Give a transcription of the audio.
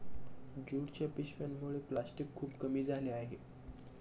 ज्यूटच्या पिशव्यांमुळे प्लॅस्टिक खूप कमी झाले आहे